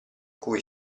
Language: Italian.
cui